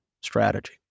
strategy